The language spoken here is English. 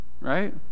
Right